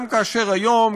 גם כאשר היום,